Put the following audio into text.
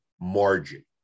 margin